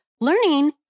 learning